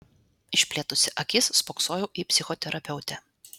išplėtusi akis spoksojau į psichoterapeutę